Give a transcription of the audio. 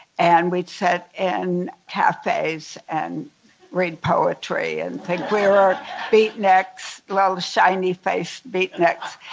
and we'd sit in cafes and read poetry and think we were beatniks, little shiny-faced beatniks.